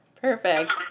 Perfect